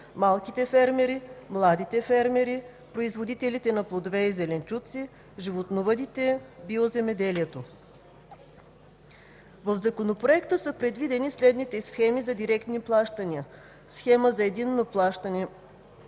малките фермери, младите фермери, производителите на плодове и зеленчуци, животновъдите, биоземеделието. В Законопроекта са предвидени следните схеми за директни плащания: Схема за единно плащане